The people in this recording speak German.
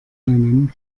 nennen